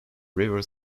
river